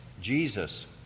Jesus